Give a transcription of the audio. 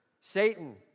Satan